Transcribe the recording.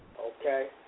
okay